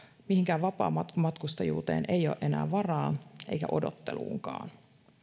mihinkään vapaamatkustajuuteen ei ole enää varaa eikä odotteluunkaan